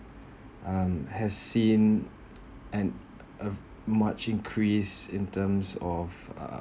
um has seen an uh much increase in terms of uh